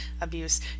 abuse